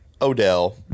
Odell